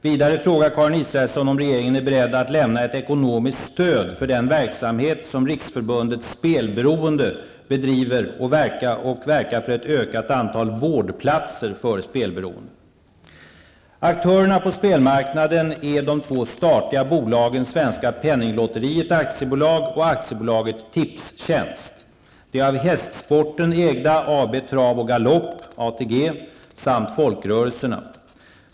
Vidare frågar Karin Israelsson om regeringen är beredd att lämna ett ekonomiskt stöd för den verksamhet som Riksförbundet Spelberoende bedriver och verka för ett ökat antal vårdplatser för spelberoende. Aktörerna på spelmarknaden är de två statliga bolagen Svenska Penninglotteriet AB och AB Galopp samt folkrörelserna.